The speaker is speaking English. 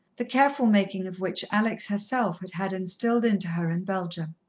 the careful making of which alex herself had had instilled into her in belgium.